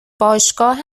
باشگاه